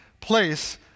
place